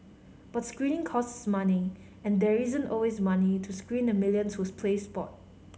but screening costs money and there isn't always money to screen the millions who's play sport